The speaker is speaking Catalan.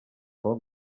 foc